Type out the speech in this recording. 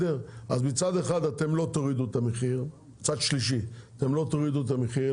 אז מצד שלישי אתם לא תורידו את המחיר,